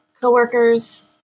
coworkers